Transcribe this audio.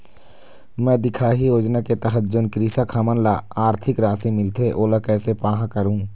मैं दिखाही योजना के तहत जोन कृषक हमन ला आरथिक राशि मिलथे ओला कैसे पाहां करूं?